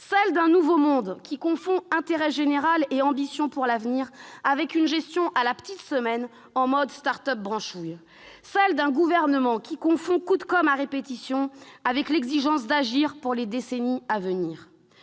celle d'un nouveau monde qui confond intérêt général et ambition pour l'avenir avec une gestion à la petite semaine en mode start-up branchouille ; celle d'un Gouvernement qui confond les coups de com'à répétition avec l'exigence d'agir pour les décennies à venir.